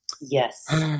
Yes